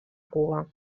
cuba